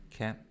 Okay